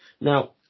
Now